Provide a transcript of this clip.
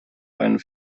einen